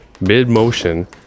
mid-motion